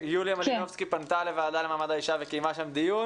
יוליה מלינובסקי פנתה לוועדה לקידום מעמד האישה וקיימה שם דיון.